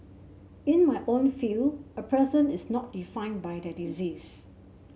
in my own field a person is not defined by their disease